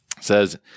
Says